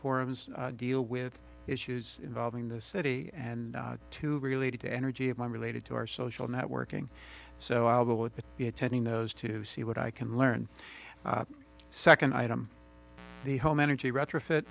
forums deal with issues involving the city and to related to energy of my related to our social networking so i will be attending those to see what i can learn second item the home energy retrofit